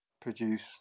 Produce